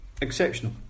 Exceptional